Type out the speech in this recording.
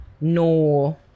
no